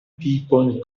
people